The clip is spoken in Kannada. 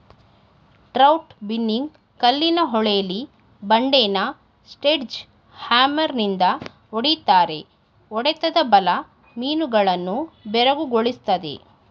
ಟ್ರೌಟ್ ಬಿನ್ನಿಂಗ್ ಕಲ್ಲಿನ ಹೊಳೆಲಿ ಬಂಡೆನ ಸ್ಲೆಡ್ಜ್ ಹ್ಯಾಮರ್ನಿಂದ ಹೊಡಿತಾರೆ ಹೊಡೆತದ ಬಲ ಮೀನುಗಳನ್ನು ಬೆರಗುಗೊಳಿಸ್ತದೆ